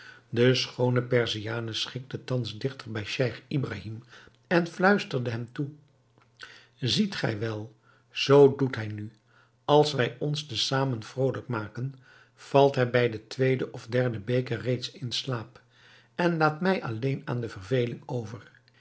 de schoone perziane schikte thans digter bij scheich ibrahim en fluisterde hem toe ziet gij wel zoo doet hij nu als wij ons te zamen vrolijk maken valt hij bij den tweeden of derden beker reeds in slaap en laat mij alleen aan de verveling over